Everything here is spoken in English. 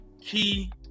key